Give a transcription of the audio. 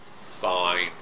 fine